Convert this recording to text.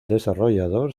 desarrollador